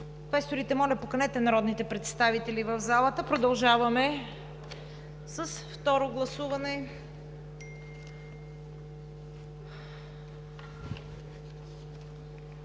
Квесторите, моля, поканете народните представители в залата. Продължаваме с Второто гласуване